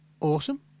awesome